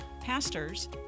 pastors